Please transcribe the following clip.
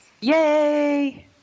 Yay